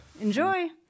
Enjoy